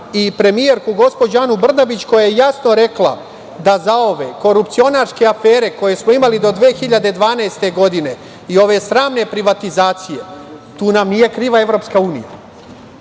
i premijerku, gospođu Anu Brnabić koja je jasno rekla da zauvek korupcionarske afere koje smo imali do 2012. godine i ove sramne privatizacije, tu nam nije kriva EU, ništa